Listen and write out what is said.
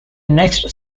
next